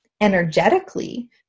energetically